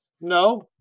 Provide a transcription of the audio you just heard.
No